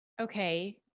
okay